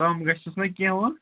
کَم گژھٮ۪س نا کیٚنٛہہ وۅنۍ